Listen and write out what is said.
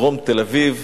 בדרום תל-אביב,